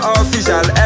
official